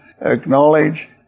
acknowledge